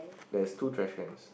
there's two trashed cans